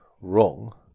wrong